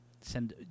Send